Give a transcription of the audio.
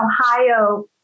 Ohio